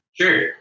Sure